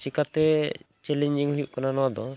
ᱪᱤᱠᱟᱹᱛᱮ ᱪᱮᱞᱮᱧᱡᱤᱝ ᱦᱩᱭᱩᱜ ᱠᱟᱱᱟ ᱱᱚᱣᱟ ᱫᱚ